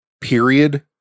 period